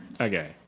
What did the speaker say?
Okay